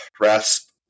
RASP